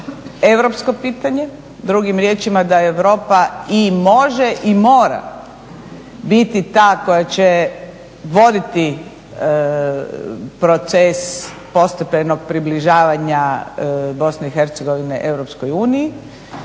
europsko pitanje, drugim riječima da Europa i može i mora biti ta koja će voditi proces postepenog približavanja BIH EU i